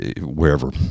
wherever